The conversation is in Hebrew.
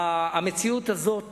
המציאות הזאת